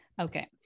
Okay